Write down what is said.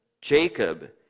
Jacob